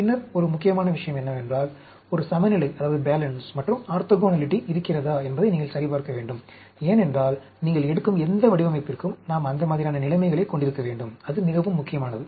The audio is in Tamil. பின்னர் ஒரு முக்கியமான விஷயம் என்னவென்றால் ஒரு சமநிலை மற்றும் ஆர்த்தோகனாலிட்டி இருக்கிறதா என்பதை நீங்கள் சரிபார்க்க வேண்டும் ஏனென்றால் நீங்கள் எடுக்கும் எந்த வடிவமைப்பிற்கும் நாம் அந்த மாதிரியான நிலைமைகளைக் கொண்டிருக்க வேண்டும் அது மிகவும் முக்கியமானது